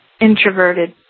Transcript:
introverted